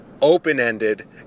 open-ended